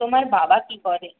তোমার বাবা কী করে